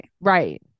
Right